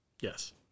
Yes